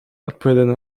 odpowiada